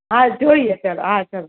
હા જોઈએ ચાલો હા ચાલો